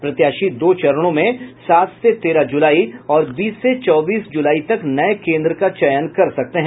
प्रत्याशी दो चरणों में सात से तेरह जुलाई और बीस से चौबीस जुलाई तक नये केन्द्र का चयन कर सकते हैं